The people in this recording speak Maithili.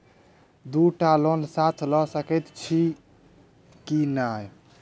दु टा लोन साथ लऽ सकैत छी की?